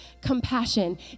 compassion